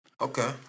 Okay